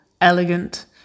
elegant